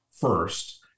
first